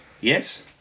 yes